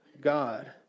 God